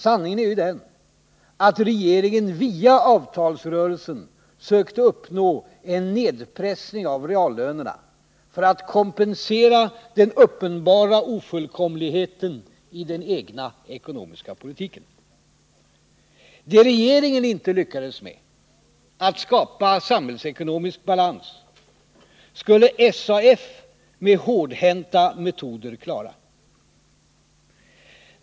Sanningen är den att regeringen via avtalsrörelsen sökte uppnå en nedpressning av reallönerna för att kompensera den uppenbara ofullkomligheten i den egna ekonomiska politiken. Det regeringen inte lyckades med — att skapa samhällsekonomisk balans — skulle SAF med hårdhänta metoder klara.